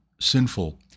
sinful